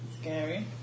Scary